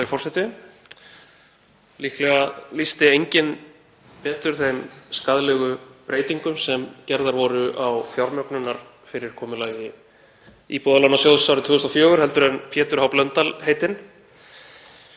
Líklega lýsti enginn betur þeim skaðlegu breytingum sem gerðar voru á fjármögnunarfyrirkomulagi Íbúðalánasjóðs árið 2004 en Pétur H. Blöndal heitinn.